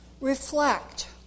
reflect